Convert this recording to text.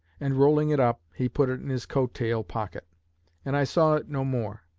and rolling it up, he put it in his coat-tail pocket and i saw it no more.